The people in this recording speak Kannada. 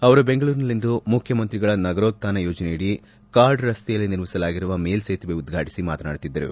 ಅವರು ಬೆಂಗಳೂರಿನಲ್ಲಿಂದು ಮುಖ್ಯಮಂತ್ರಿಗಳ ನಗರೋತ್ಟಾನ ಯೋಜನೆಯಡಿ ಕಾರ್ಡ್ ರಸ್ತೆಯಲ್ಲಿ ನಿರ್ಮಿಸಲಾಗಿರುವ ಮೇಲ್ಲೇತುವೆ ಉದ್ವಾಟಿಸಿ ಮಾತನಾಡುತ್ತಿದ್ದರು